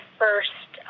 first